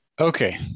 Okay